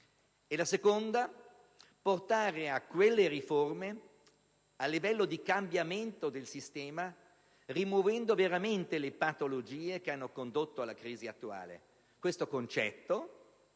di fondo, o portare quelle riforme a livello di cambiamento del sistema, rimuovendo le patologie che hanno condotto alla crisi attuale. Questo concetto